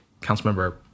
Councilmember